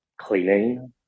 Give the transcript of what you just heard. cleaning